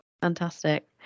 Fantastic